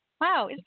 Wow